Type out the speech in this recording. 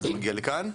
וזה מגיע לכאן.